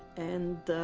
and